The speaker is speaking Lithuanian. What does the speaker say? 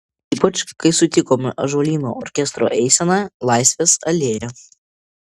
ypač kai sutikome ąžuolyno orkestro eiseną laisvės alėja